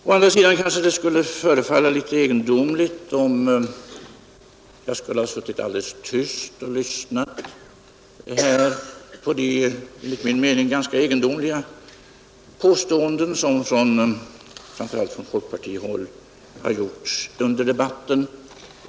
Emellertid kanske det skulle förefalla litet egendomligt, om jag suttit alldeles tyst och lyssnat här på de enligt min mening ganska egendomliga påståenden som framför allt från folkpartihåll har gjorts under debatten.